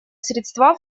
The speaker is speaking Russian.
средства